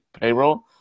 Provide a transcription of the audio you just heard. payroll